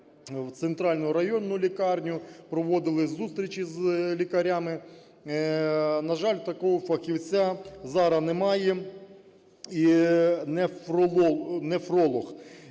в центральну районну лікарню, проводили зустрічі з лікарями. На жаль, такого фахівця зараз немає – нефролог.